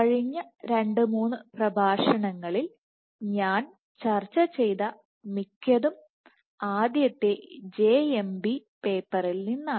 കഴിഞ്ഞ രണ്ട് മൂന്ന് പ്രഭാഷണങ്ങളിൽ ഞാൻ ചർച്ച ചെയ്ത മിക്കതും ആദ്യത്തെ JMB പേപ്പറിൽ നിന്നാണ്